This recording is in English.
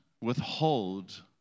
withhold